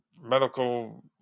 medical